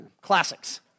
Classics